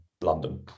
london